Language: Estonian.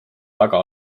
taga